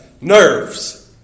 nerves